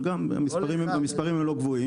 אבל גם המספרים הם לא גבוהים.